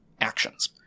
actions